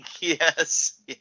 yes